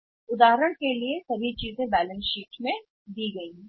इसलिए उदाहरण के लिए आप सभी चीजें बैलेंस शीट में दी गई हैं